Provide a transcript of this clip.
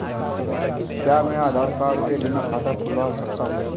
क्या मैं आधार कार्ड के बिना खाता खुला सकता हूं?